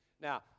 Now